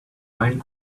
find